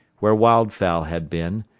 where wildfowl had been,